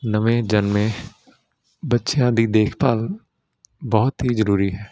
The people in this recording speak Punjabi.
ਨਵੇਂ ਜਨਮੇ ਬੱਚਿਆਂ ਦੀ ਦੇਖਭਾਲ ਬਹੁਤ ਹੀ ਜ਼ਰੂਰੀ ਹੈ